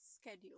schedule